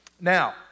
Now